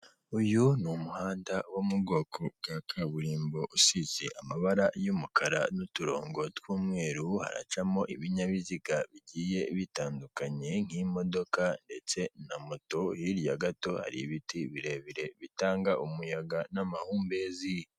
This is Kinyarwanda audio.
Uyu ni umuhanda wo mu bwoko bwa kaburimbo usize amabara y'umukara n'uturongo tw'umweru, haracamo ibinyabiziga bigiye bitandukanye nk'imodoka ndetse na moto, hirya gato hari ibiti birebire bitanga umuyaga n'amahumbezi.